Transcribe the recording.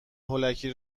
هولکی